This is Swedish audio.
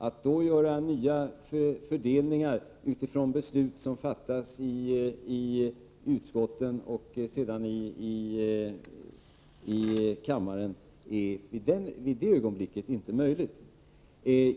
Att göra nya fördelningar utifrån beslut som fattas i riksdagen är vid den tidpunkten inte längre möjligt.